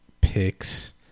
picks